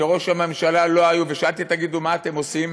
כשראש הממשלה לא היה ושאלתי: תגידו, מה אתם עושים?